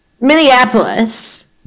Minneapolis